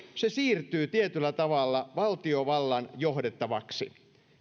siirtyy tietyllä tavalla valtiovallan johdettavaksi